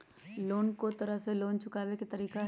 कोन को तरह से लोन चुकावे के तरीका हई?